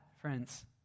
friends